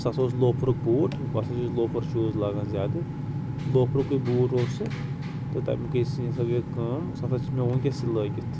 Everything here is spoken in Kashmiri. سُہ ہَسا اوس لوفرُک بوٗٹھ بہٕ ہَسا چھُس لوفَر شوٗز لاگان زیادٕ لوفرُکُے بوٗٹھ اوس سُہ تہٕ تَمہِ ہَسا گٔے اَتھ کٲم سُہ ہَسا چھِ مےٚ وٕنۍکٮ۪س تہِ لٲگِتھ